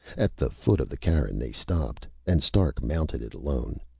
at the foot of the cairn they stopped, and stark mounted it alone.